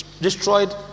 destroyed